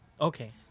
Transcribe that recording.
Okay